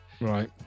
right